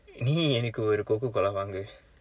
நீ எனக்கு ஒரு:nii enakku oru Coca-Cola வாங்கு:vaangku